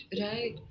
right